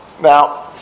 Now